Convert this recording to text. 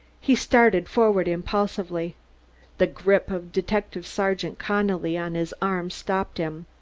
he started forward impulsively the grip of detective-sergeant connelly on his arm stopped him.